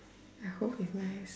I hope it's nice